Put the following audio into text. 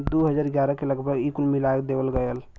दू हज़ार ग्यारह के लगभग ई कुल के मिला देवल गएल